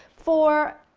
for,